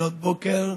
לפנות בוקר.